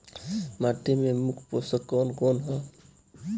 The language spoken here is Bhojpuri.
माटी में मुख्य पोषक कवन कवन ह?